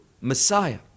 Messiah